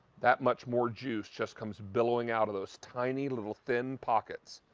that much more juice just comes billowing out of those tiny little thin pockets.